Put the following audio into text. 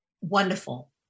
Wonderful